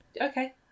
okay